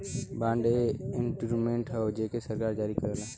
bond एक instrument हौ जेके सरकार जारी करला